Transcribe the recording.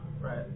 Right